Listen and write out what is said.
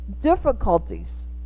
difficulties